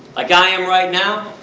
like i am right now,